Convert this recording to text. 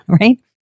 Right